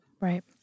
Right